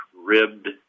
ribbed